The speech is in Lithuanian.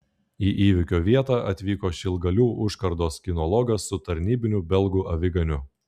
į įvykio vietą atvyko šilgalių užkardos kinologas su tarnybiniu belgų aviganiu